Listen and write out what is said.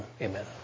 amen